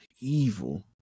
Evil